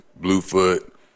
Bluefoot